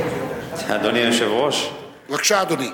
אדוני היושב-ראש, בבקשה, אדוני.